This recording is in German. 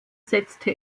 setzte